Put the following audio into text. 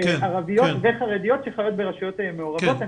ערביות וחרדיות שחיות ברשויות מעורבות.